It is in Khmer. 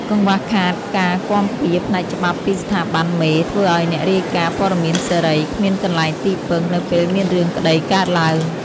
កង្វះខាតការគាំពារផ្នែកច្បាប់ពីស្ថាប័នមេ ធ្វើឱ្យអ្នករាយការណ៍ព័ត៌មានសេរី គ្មានកន្លែងទីពឹងនៅពេលមានរឿងក្តីកើតឡើង។